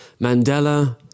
Mandela